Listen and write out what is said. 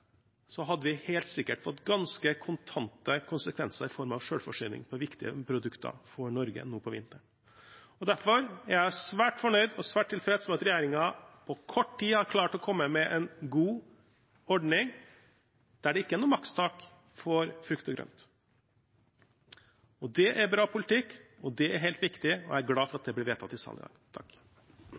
hadde vi helt sikkert fått ganske kontante konsekvenser med tanke på selvforsyning av viktige produkter for Norge nå på vinteren. Derfor er jeg svært fornøyd og tilfreds med at regjeringen på kort tid har klart å komme med en god ordning der det ikke er noe makstak for frukt og grønt. Det er bra politikk, det er helt riktig, og jeg er glad for at det blir vedtatt i salen i dag.